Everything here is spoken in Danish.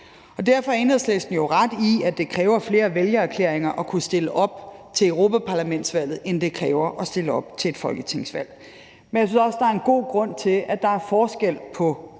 Derfor har Enhedslisten jo ret i, at det kræver flere vælgererklæringer at kunne stille op til europaparlamentsvalget, end det kræver at stille op til et folketingsvalg. Men jeg synes også, der er en god grund til, at der er forskel på